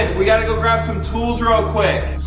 and we got to go grab some tools real quick.